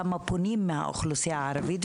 כמה פונים מהאוכלוסייה הערבית?